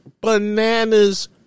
bananas